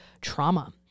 trauma